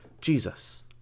jesus